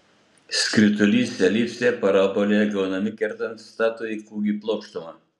skritulys elipsė parabolė gaunami kertant statųjį kūgį plokštuma